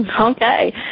Okay